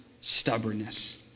stubbornness